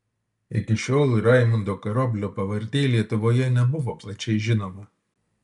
iki šiol raimundo karoblio pavardė lietuvoje nebuvo plačiai žinoma